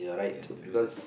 ya you lose it